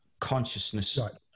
consciousness